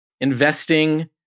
investing